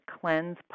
cleanse